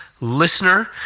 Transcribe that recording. listener